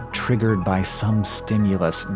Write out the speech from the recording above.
triggered by some stimulus,